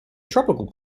tropical